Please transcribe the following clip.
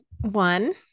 one